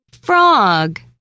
Frog